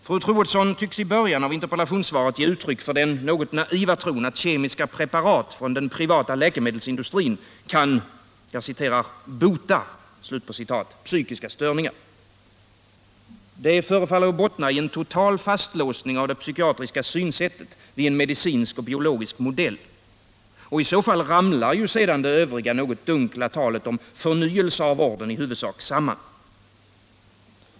Fru Troedsson tycks i början av interpellationssvaret ge uttryck för den något naiva tron att kemiska preparat från den privata läkemedelsindustrin kan ”bota” psykiska störningar. Det förefaller bottna i en total fastlåsning av det psykiatriska synsättet vid en medicinsk-biologisk modell. Och i så fall ramlar ju det övriga något dunkla talet om förnyelse av vården i huvudsak samman.